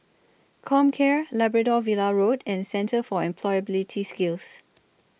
Comcare Labrador Villa Road and Centre For Employability Skills